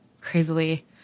crazily